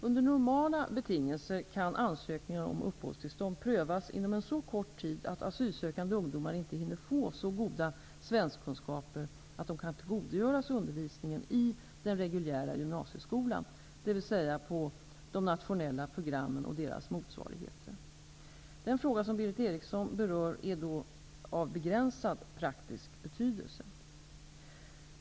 Under normala betingelser kan ansökningar om uppehållstillstånd prövas inom en så kort tid att asylsökande ungdomar inte hinner få så goda svenskkunskaper att de kan tillgodogöra sig undervisningen i den reguljära gymnasieskolan, dvs. på de nationella programmen och deras motsvarigheter. Den fråga, som Berith Eriksson berör, är då av begränsad praktisk betydelse.